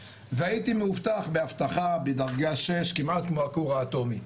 והייתי מאובטח באבטחה בדרגה שש כמעט כמו הכור האטומי.